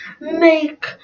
make